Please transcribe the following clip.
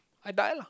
I die lah